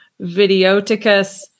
Videoticus